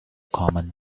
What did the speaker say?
common